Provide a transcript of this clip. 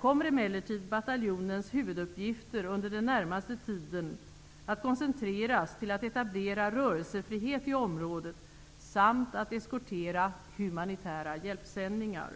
kommer emellertid bataljonens huvuduppgifter under den närmaste tiden att koncentreras till att etablera rörelsefrihet i området samt att eskortera humanitära hjälpsändningar.